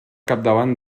capdavant